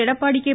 Edappadi K